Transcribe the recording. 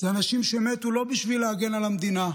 זה אנשים שמתו לא בשביל להגן על המדינה,